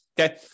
Okay